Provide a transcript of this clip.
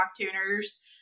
Tuners